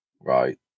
right